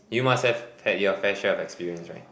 you must have had your fair share of experience right